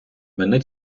мене